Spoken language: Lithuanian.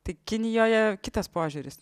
tai kinijoje kitas požiūris